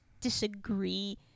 disagree